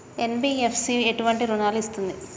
NBFC ఎటువంటి రుణాలను ఇస్తుంది?